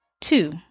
Two